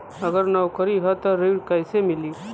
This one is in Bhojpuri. अगर नौकरी ह त ऋण कैसे मिली?